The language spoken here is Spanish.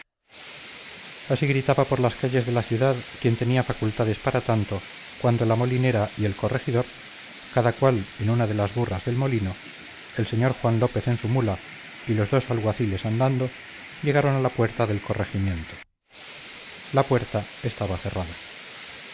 así gritaba por las calles de la ciudad quien tenía facultades para tanto cuando la molinera y el corregidor cada cual en una de las burras del molino el señor juan lópez en su mula y los dos alguaciles andando llegaron a la puerta del corregimiento la puerta estaba cerrada